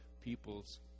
People's